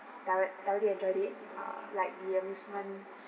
tow~ thoroughly enjoyed it uh like the amusement